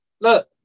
look